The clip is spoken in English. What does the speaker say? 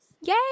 yay